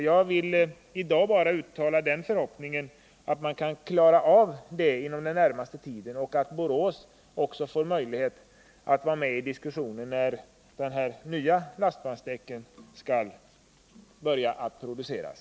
Jag vill i dag bara uttala den förhoppningen, att man kan klara av saken inom den närmaste tiden och att Borås också får möjlighet att vara med i diskussionen, när de här nya lastvagnsdäcken skall börja produceras.